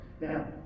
Now